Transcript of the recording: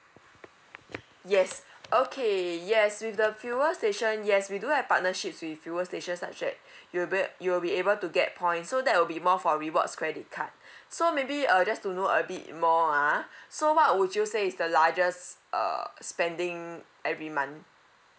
yes okay yes with the fuel station yes we do have partnerships with fuel station such that you ble~ you'll be able to get points so that will be more for rewards credit card so maybe uh just to know a bit more ah so what would you say is the largest uh spending every month